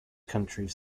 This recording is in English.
countries